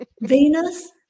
Venus